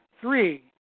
three